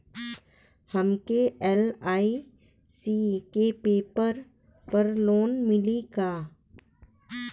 हमके एल.आई.सी के पेपर पर लोन मिली का?